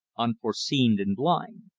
unforeseen and blind.